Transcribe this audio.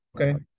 okay